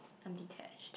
I am detached